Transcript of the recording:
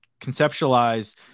conceptualize –